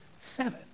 seven